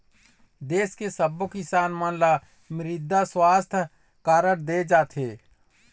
देस के सब्बो किसान मन ल मृदा सुवास्थ कारड दे जाथे